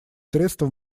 средства